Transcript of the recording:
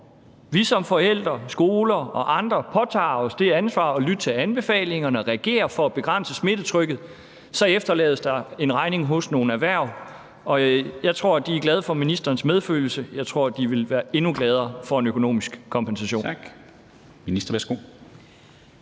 vi som forældre, skoler og andre påtager os det ansvar at lytte til anbefalingerne og reagerer for at begrænse smittetrykket, så efterlades der en regning hos nogle erhverv. Jeg tror, de er glade for ministerens medfølelse. Jeg tror, de ville være endnu gladere for en økonomisk kompensation.